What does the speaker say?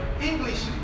English